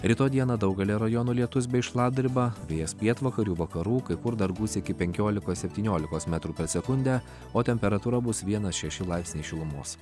rytoj dieną daugelyje rajonų lietus bei šlapdriba vėjas pietvakarių vakarų kai kur dar gūsiai iki penkiolikos septyniolikos metrų per sekundę o temperatūra bus vienas šeši laipsniai šilumos